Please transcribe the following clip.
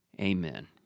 Amen